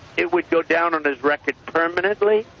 it would go down on his record permanently.